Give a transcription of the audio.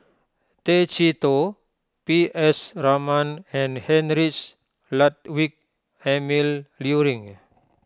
Tay Chee Toh P S Raman and Heinrich Ludwig Emil Luering